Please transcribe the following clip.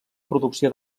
producció